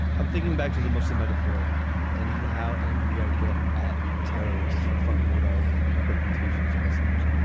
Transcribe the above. i'm thinking back to the muslim metaphore and how angry i get at terrorists for fucking with our reputation as muslims.